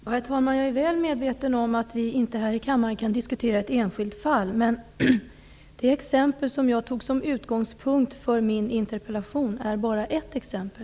Herr talman! Jag är väl medveten om att vi inte kan diskutera ett enskilt fall här i kammaren. Men det fall som jag tog som utgångspunkt för min interpellation är bara ett exempel.